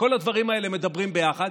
וכל הדברים האלה מדברים ביחד.